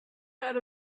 head